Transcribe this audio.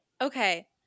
Okay